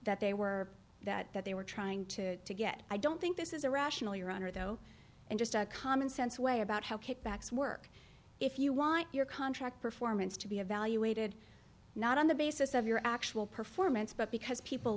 that they were that that they were trying to get i don't think this is a rational your honor though and just a common sense way about how kickbacks work if you want your contract performance to be evaluated not on the basis of your actual performance but because people